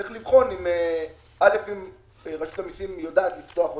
צריך לבחון אם רשות המיסים יודעת לפתוח אותם,